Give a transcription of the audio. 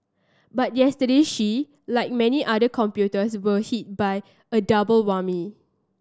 but yesterday she like many other computers were hit by a double whammy